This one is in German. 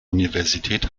universität